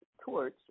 TORCH